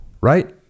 right